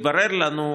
התברר לנו,